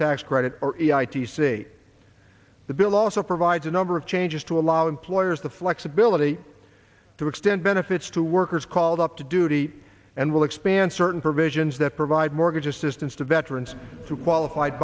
tax credit or to see the bill also provides a number of changes to allow employers the flexibility to extend benefits to workers called up to duty and will expand certain provisions that provide mortgage assistance to veterans to qualified